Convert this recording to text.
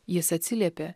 jis atsiliepė